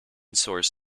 source